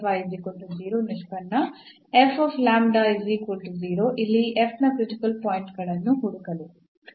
ನ ನಿಷ್ಪನ್ನ ಇಲ್ಲಿ ಈ ನ ಕ್ರಿಟಿಕಲ್ ಪಾಯಿಂಟ್ ಗಳನ್ನು ಹುಡುಕಲು